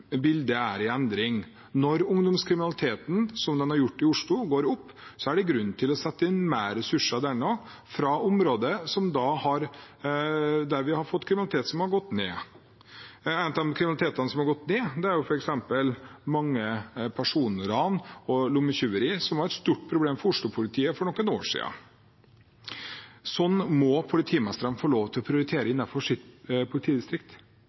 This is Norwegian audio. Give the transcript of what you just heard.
bildet er i endring. Når ungdomskriminaliteten går opp, som den har gjort i Oslo, er det grunn til å sette inn mer ressurser der fra områder hvor kriminaliteten har gått ned. Blant kriminalitet som har gått ned, er f.eks. personran og lommetyveri, som var et stort problem for oslopolitiet for noen år siden. Sånn må politimestrene få lov til å prioritere innenfor sitt politidistrikt.